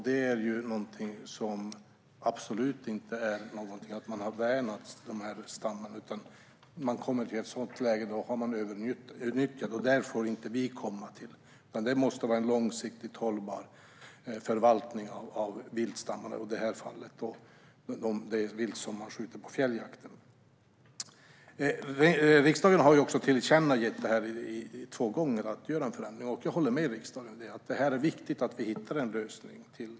Det beror inte på att man har värnat stammarna utan på att man har kommit i ett sådant läge att man har överutnyttjat dem. Dit får vi inte komma. Det måste vara en långsiktigt hållbar förvaltning av viltstammarna - i det här fallet det vilt som skjuts på fjälljakten. Riksdagen har också två gånger tillkännagivit att en förändring ska göras. Jag håller med riksdagen om att det är viktigt att vi får fram en lösning.